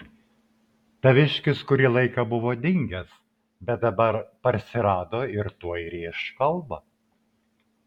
taviškis kurį laiką buvo dingęs bet dabar parsirado ir tuoj rėš kalbą